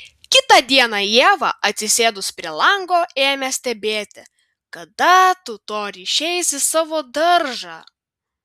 kitą dieną ieva atsisėdus prie lango ėmė stebėti kada totoriai išeis į savo daržą